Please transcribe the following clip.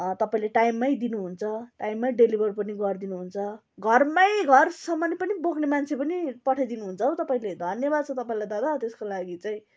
तपाईँले टाइममै दिनुहुन्छ टाइममै डेलिभर पनि गरिदिनुहुन्छ घरमै घरसम्म पनि बोक्ने मान्छे पनि पठाइदिनु हुन्छौ तपाईँले धन्यवाद छ तपाईँलाई दादा त्यसको लागि चाहिँ